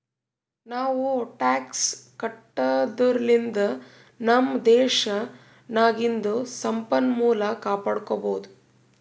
ನಾವೂ ಟ್ಯಾಕ್ಸ್ ಕಟ್ಟದುರ್ಲಿಂದ್ ನಮ್ ದೇಶ್ ನಾಗಿಂದು ಸಂಪನ್ಮೂಲ ಕಾಪಡ್ಕೊಬೋದ್